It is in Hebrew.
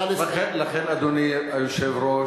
לא, זה בורות.